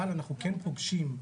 אבל אנחנו כן פוגשים,